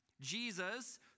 Jesus